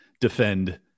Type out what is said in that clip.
defend